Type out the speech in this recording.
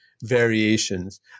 Variations